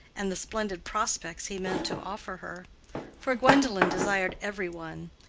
and the splendid prospects he meant to offer her for gwendolen desired every one,